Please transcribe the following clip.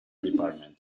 department